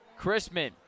Chrisman